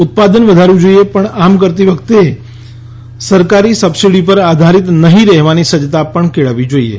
ઉત્પાદન વધારવું જોઈએ પણ આમ કરતી વખતે સરકારી સબસિડી ઉપર આધારિત નહીં રહેવાની સજ્જતા પણ કેળવવી જોઈએ